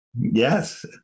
Yes